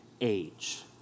age